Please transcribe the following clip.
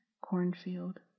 cornfield